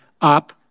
up